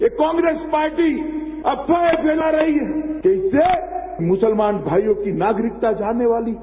ये कांग्रेस पार्टी अफवाहें फैला रही है कि इससे मुसलमान भाइयों की नागरिकता जाने वाली है